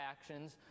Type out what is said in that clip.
actions